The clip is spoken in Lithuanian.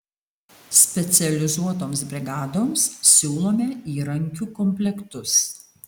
specializuotoms brigadoms siūlome įrankių komplektus